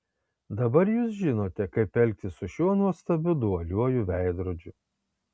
dabar jūs žinote kaip elgtis su šiuo nuostabiu dualiuoju veidrodžiu